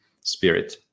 spirit